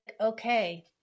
okay